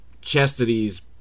Chastity's